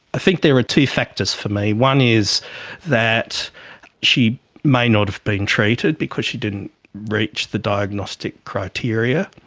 i think there are two factors for me. one is that she may not have been treated because she didn't reach the diagnostic criteria,